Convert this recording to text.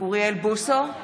אוריאל בוסו,